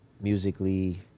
musically